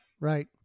Right